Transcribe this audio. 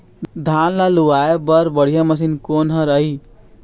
धान ला लुआय बर बढ़िया मशीन कोन हर आइ?